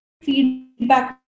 feedback